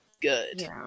good